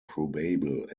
probable